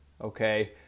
okay